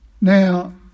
Now